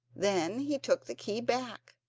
then he took the key back,